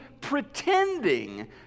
pretending